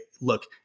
look